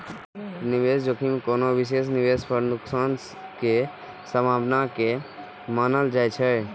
निवेश जोखिम कोनो विशेष निवेश पर नुकसान के संभावना के मानल जाइ छै